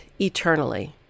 eternally